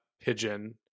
pigeon